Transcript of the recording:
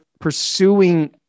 pursuing